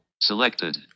selected